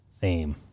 theme